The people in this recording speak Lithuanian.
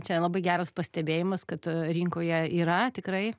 čia labai geras pastebėjimas kad rinkoje yra tikrai